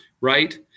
right